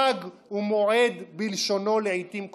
חג ומועד בלשונו לעיתים קרובות.